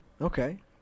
Okay